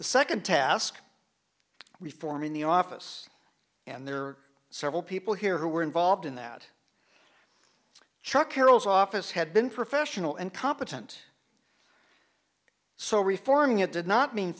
the second task reforming the office and there are several people here who were involved in that truck carroll's office had been professional and competent so reforming it did not mean